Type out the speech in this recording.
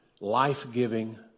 life-giving